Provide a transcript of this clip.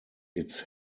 its